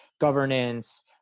governance